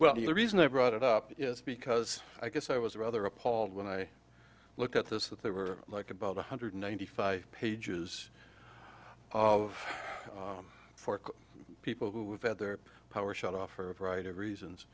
well the reason i brought it up is because i guess i was rather appalled when i look at this that there were like about one hundred ninety five pages of for people who had their power shut off for a variety of reasons